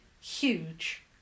huge